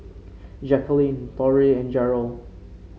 Jacquelyn Torrey and Jarrell